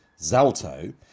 Zalto